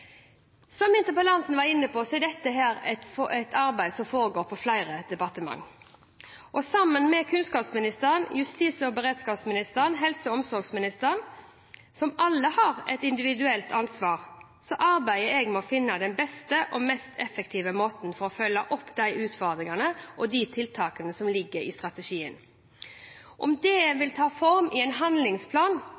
Som interpellanten var inne på, er dette et arbeid som foregår i flere departement. Sammen med kunnskapsministeren, justis- og beredskapsministeren og helse- og omsorgsministeren, som alle har et individuelt ansvar, arbeider jeg for å finne den beste og mest effektive måten å følge opp utfordringene og tiltakene som ligger i strategien. Om det vil ta form som en handlingsplan, har vi